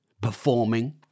performing